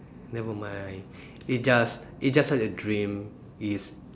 never mind it just it just a dream it is